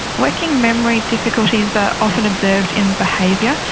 working memory difficulties are often observed in behaviour.